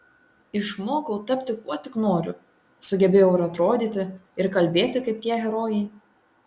išmokau tapti kuo tik noriu sugebėjau ir atrodyti ir kalbėti kaip tie herojai